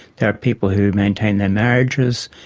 there are people who maintain their marriages.